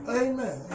amen